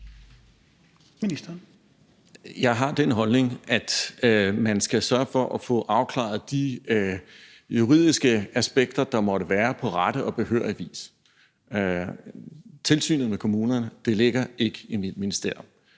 Jeg har den holdning, at man skal sørge for at få afklaret de juridiske aspekter, der måtte være, på rette og behørig vis. Tilsynet med kommunerne ligger ikke i mit ministerium,